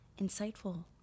insightful